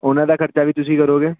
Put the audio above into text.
ਉਹਨਾਂ ਦਾ ਖਰਚਾ ਵੀ ਤੁਸੀਂ ਕਰੋਗੇ